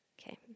Okay